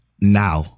now